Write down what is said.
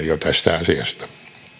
jo ennakkokuuleminen tästä asiasta